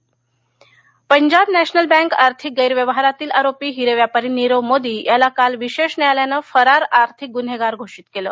नीख Punjab national bank आर्थिक गैरव्यवहारातील आरोपी हिरे व्यापारी नीरव मोदी याला काल विशेष न्यायालयानं फरार आर्थिक गुन्हेगार घोषित केलं